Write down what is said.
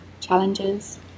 challenges